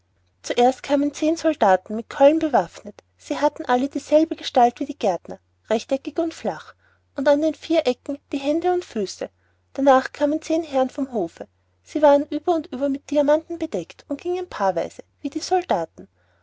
zuerst kamen zehn soldaten mit keulen bewaffnet sie hatten alle dieselbe gestalt wie die gärtner rechteckig und flach und an den vier ecken die hände und füße danach kamen zehn herren vom hofe sie waren über und über mit diamanten bedeckt und gingen paarweise wie die soldaten